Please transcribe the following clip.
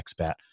expat